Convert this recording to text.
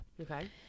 Okay